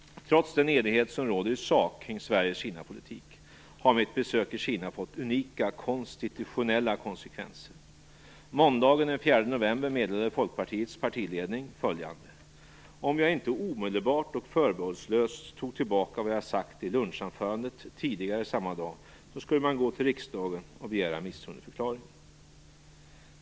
Trots den enighet som råder i sak om Sveriges Kinapolitik har mitt besök i Kina fått unika konstitutionella konsekvenser. Måndagen den 4 november meddelade Folkpartiets partiledning följande: Om jag inte omedelbart och förbehållslöst tog tillbaka vad jag sagt vid lunchanförandet tidigare samma dag skulle man gå till riksdagen och begära misstroendeförklaring.